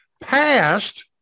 passed